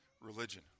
religion